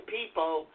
people